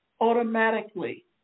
automatically